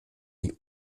die